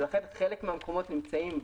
ולכן חלק מן המקומות נמצאים.